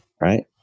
Right